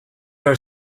are